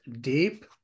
deep